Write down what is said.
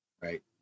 right